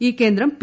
ഈ കേന്ദ്രം പി